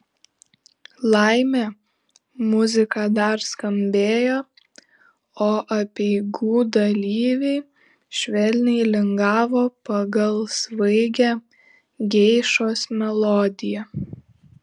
laimė muzika dar skambėjo o apeigų dalyviai švelniai lingavo pagal svaigią geišos melodiją